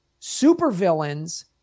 supervillains